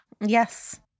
Yes